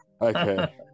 okay